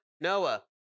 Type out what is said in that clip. Noah